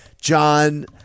John